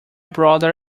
brother